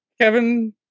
Kevin